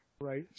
right